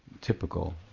typical